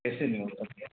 ऐसे नहीं होता भैया